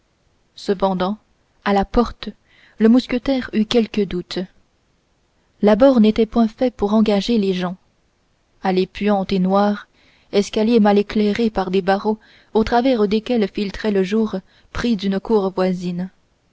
cependant à la porte le mousquetaire eut quelques doutes l'abord n'était point fait pour engager les gens allée puante et noire escalier mal éclairé par des barreaux au travers desquels filtrait le jour gris d'une cour voisine